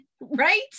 right